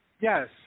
Yes